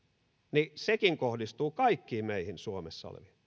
niin sekin kohdistuisi kaikkiin meihin suomessa oleviin